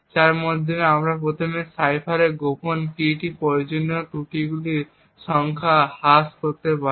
যার মাধ্যমে প্রথমে আমরা সাইফারের গোপন কী পেতে প্রয়োজনীয় ত্রুটিগুলির সংখ্যা হ্রাস করতে পারি